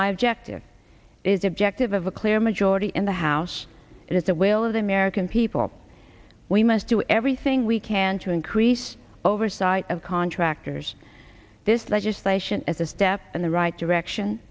my objective is objective of a clear majority in the house and at the will of the american people we must do everything we can to increase oversight of contractors this legislation as a step in the right direction